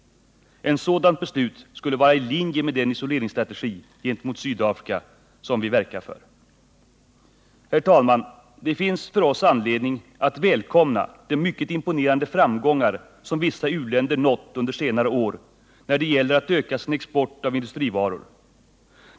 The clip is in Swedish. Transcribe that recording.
Ett sådant beslut skulle vara i linje med den isoleringsstrategi gentemot Sydafrika som vi verkar för. Herr talman! Det finns för oss anledning att välkomna de mycket imponerande framgångar som vissa u-länder nått under senare år när det gäller att öka sin export av industrivaror.